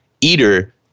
eater